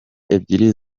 ebyiri